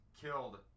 killed